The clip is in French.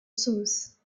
sauce